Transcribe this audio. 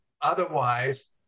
Otherwise